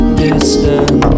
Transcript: distance